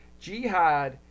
jihad